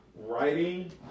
writing